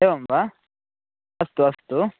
एवं वा अस्तु अस्तु